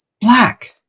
Black